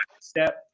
step